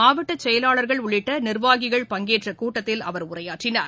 மாவட்ட செயலாளர்கள் உள்ளிட்ட நிர்வாகிகள் பங்கேற்ற கூட்டத்தில் அவர் உரையாற்றினார்